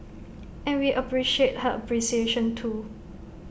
and we appreciate her appreciation too